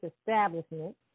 establishment